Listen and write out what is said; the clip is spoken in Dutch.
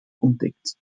ontdekt